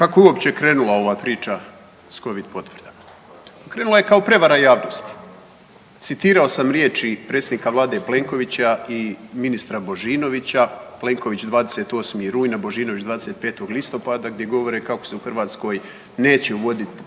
Kako je uopće krenula ova priča s Covid potvrdama? Krenula je kao prevara javnosti. Citirao sam riječi predsjednika vlade Plenkovića i ministra Božinovića, Plenković 28. rujna, Božinović 25. listopada gdje govore kako se u Hrvatskoj neće uvodit